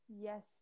Yes